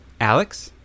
Alex